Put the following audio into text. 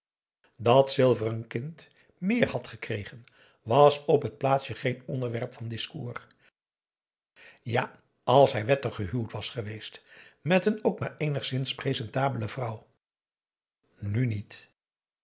dat silver een kind meer had gekregen was op het plaatsje geen onderwerp van discours ja als hij wettig gehuwd was geweest met een ook maar eenigszins presentable vrouw nu niet